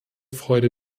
freude